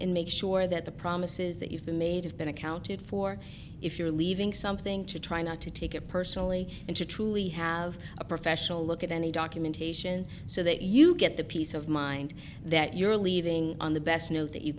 and make sure that the promises that you've been made have been accounted for if you're leaving something to try not to take it personally and to truly have a professional look at any documentation so that you get the peace of mind that you're leaving on the